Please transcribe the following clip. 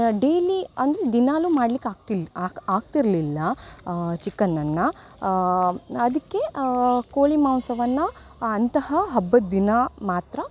daily ಅಂದರೆ ದಿನಾಲೂ ಮಾಡ್ಲಿಕ್ಕೆ ಆಗ್ತಿಲ್ಲ ಆಕ್ ಆಗ್ತಿರಲಿಲ್ಲ ಚಿಕನನ್ನು ಅದಕ್ಕೆ ಕೋಳಿ ಮಾಂಸವನ್ನು ಅಂತಹ ಹಬ್ಬದ ದಿನ ಮಾತ್ರ